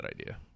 idea